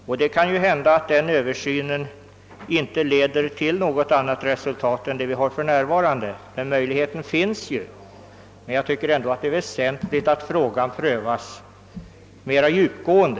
Det kan naturligtvis hända att en sådan översyn inte leder till någon ändring, men det vore väsentligt att frågan prövades ingående.